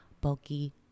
bulky